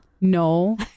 No